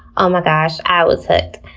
oh my gosh, i was hooked.